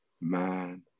man